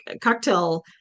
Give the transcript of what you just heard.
cocktail